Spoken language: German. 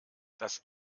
das